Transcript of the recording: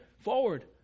forward